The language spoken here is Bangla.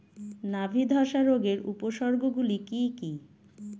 নাবি ধসা রোগের উপসর্গগুলি কি কি?